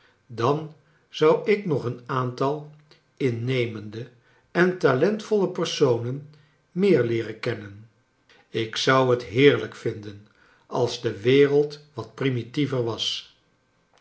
dan zou ik nog een aantal innemende en talentvolle personen meer leeren kennen ik zou het heerlijk vinden als de wereld wat primitiever was